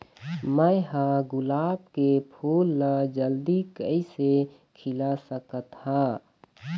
मैं ह गुलाब के फूल ला जल्दी कइसे खिला सकथ हा?